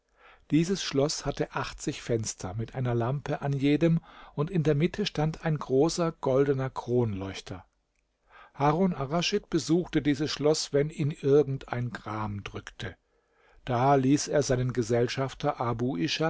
dieses schloß hatte achtzig fenster mit einer lampe an jedem und in der mitte stand ein großer goldener kronleuchter harun arraschid besuchte dieses schloß wenn ihn irgend ein gram drückte da ließ er seinen gesellschafter abu